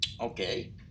okay